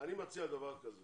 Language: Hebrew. אני מציע דבר כזה